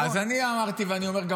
אז אני אמרתי ואני אומר גם